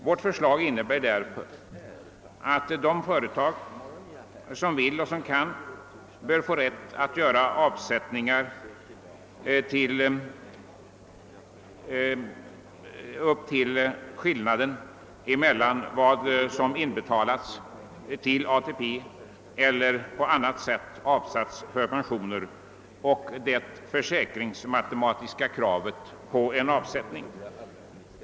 Vårt förslag innebär att företag som så vill och kan bör få rätt att göra avsättningar upp till skillnaden mellan vad som inbetalts till ATP eller på annat sätt avsatts för pensioner och det försäkringsmatematiska kravet på en avsättning.